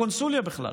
בקונסוליה בכלל,